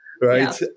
right